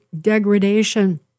degradation